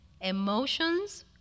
emotions